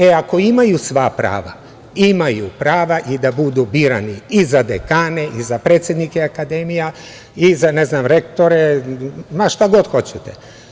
E, ako imaju sva prava imaju prava i da budu birani i za dekane, i za predsednike akademija, i za rektore, ma šta god hoćete.